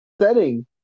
setting